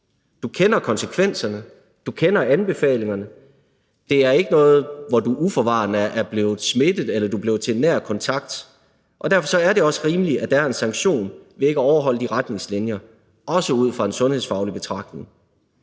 Du kender konsekvenserne, du kender anbefalingerne; det er ikke noget, hvor du uforvarende er blevet smittet eller er blevet til en nær kontakt, og derfor er det også rimeligt, at der er en sanktion ved ikke at overholde de retningslinjer, også ud fra en sundhedsfaglig betragtning.